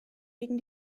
gegen